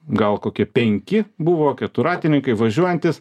gal kokie penki buvo keturratininkai važiuojantys